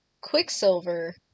Quicksilver